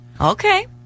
Okay